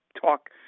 talk